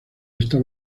está